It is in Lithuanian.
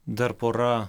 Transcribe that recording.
dar pora